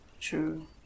True